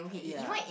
ya